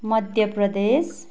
Madhya Pradesh